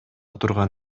турган